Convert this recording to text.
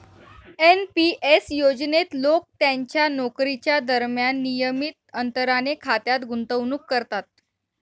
NP S योजनेत लोक त्यांच्या नोकरीच्या दरम्यान नियमित अंतराने खात्यात गुंतवणूक करतात